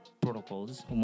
protocols